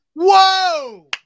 whoa